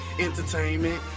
entertainment